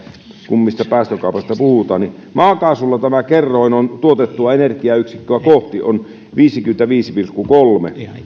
päästökaupasta puhutaan maakaasulla tämä kerroin on tuotettua energiayksikköa kohti viisikymmentäviisi pilkku kolme